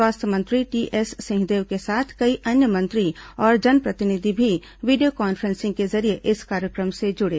स्वास्थ्य मंत्री टीएस सिंहदेव के साथ कई अन्य मंत्री और जनप्रतिनिधि भी वीडियो कॉन्फ्रेंसिंग के जरिये इस कार्यक्रम से जुड़े